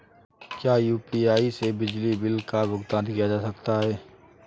क्या यू.पी.आई से बिजली बिल का भुगतान किया जा सकता है?